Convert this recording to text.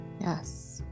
Yes